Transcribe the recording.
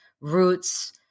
roots